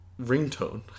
ringtone